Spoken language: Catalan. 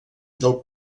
del